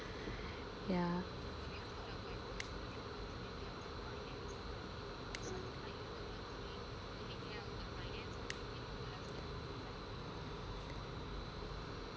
ya